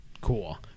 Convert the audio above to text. Cool